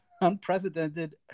unprecedented